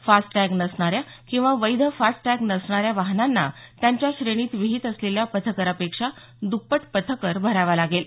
fast tag नसणाऱ्या किंवा वैध फास्ट टॅग नसणाऱ्या वाहनांना त्यांच्या श्रेणीत विहीत असलेल्या पथकरापेक्षा दप्पट पथकर भरावा लागेल